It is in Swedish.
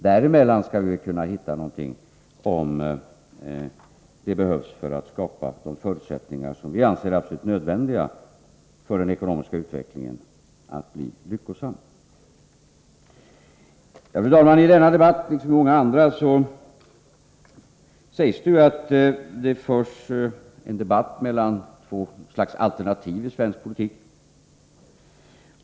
Däremellan skall vi väl kunna hitta någonting, om det behövs för att skapa de förutsättningar som vi anser absolut nödvändiga för att den ekonomiska utvecklingen skall bli lyckosam. Fru talman! I denna debatt liksom i många andra sägs det att det förs en debatt mellan två alternativ i svensk politik.